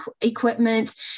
equipment